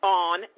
on